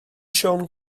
siôn